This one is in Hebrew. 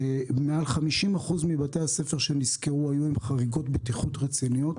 מעל 50% מבתי הספר שנסקרו היו עם חריגות בטיחות רציניות,